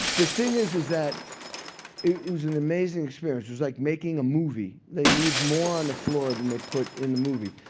the thing is, is that it was an amazing experience. it was like making a movie. they leave more on the floor than they put in the movie.